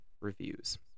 reviews